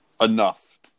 enough